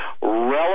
relevant